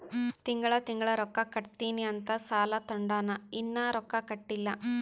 ತಿಂಗಳಾ ತಿಂಗಳಾ ರೊಕ್ಕಾ ಕಟ್ಟತ್ತಿನಿ ಅಂತ್ ಸಾಲಾ ತೊಂಡಾನ, ಇನ್ನಾ ರೊಕ್ಕಾ ಕಟ್ಟಿಲ್ಲಾ